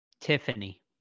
Tiffany